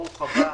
ברוך הבא.